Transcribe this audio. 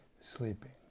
sleeping